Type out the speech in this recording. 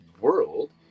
world